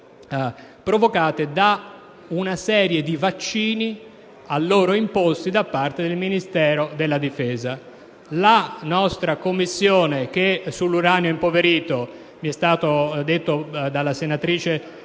provocate da una serie di vaccini a loro imposti da parte del Ministero della difesa. La nostra Commissione d'inchiesta sull'uranio impoverito, mi è stato detto dalla senatrice